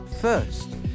first